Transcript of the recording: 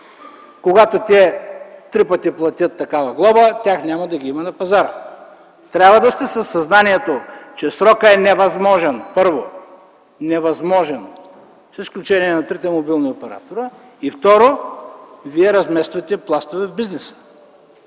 Щом те три пъти платят такава глоба, тях няма да ги има на пазара. Трябва да сте със съзнанието, че срокът е невъзможен. Първо, невъзможен, с изключение на трите мобилни оператора, и второ, вие размествате пластове в бизнеса.